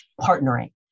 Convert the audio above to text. partnering